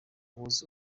was